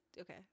okay